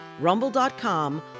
Rumble.com